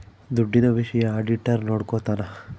ದುಡ್ಡಿನ ವಿಷಯ ಆಡಿಟರ್ ನೋಡ್ಕೊತನ